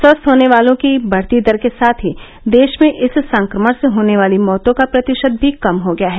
स्वस्थ होने वालों की बढती दर के साथ ही देश में इस संक्रमण से होने वाली मौतों का प्रतिशत भी कम हो गया है